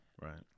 Right